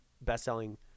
best-selling